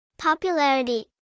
Popularity